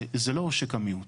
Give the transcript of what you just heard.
זה לא שקע מיעוט.